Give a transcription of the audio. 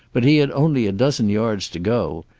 but he had only a dozen yards to go.